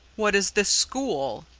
what is this school?